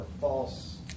false